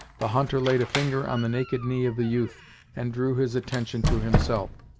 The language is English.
the hunter laid a finger on the naked knee of the youth and drew his attention to himself.